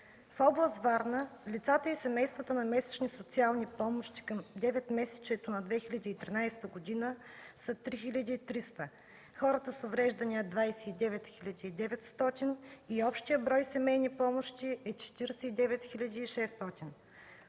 В област Варна лицата и семействата на месечни социални помощи към деветмесечието на 2013 г. са 3300; хората с увреждания – 29 900 и общият брой семейни помощи е 49 600.